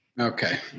Okay